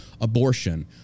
abortion